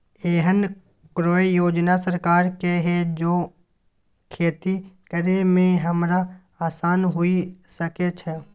एहन कौय योजना सरकार के है जै खेती करे में हमरा आसान हुए सके छै?